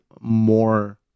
more